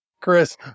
Chris